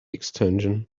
extension